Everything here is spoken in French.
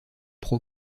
pro